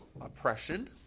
oppression